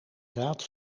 raad